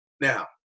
Now